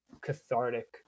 cathartic